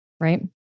right